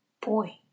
boy